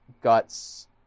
Guts